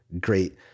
great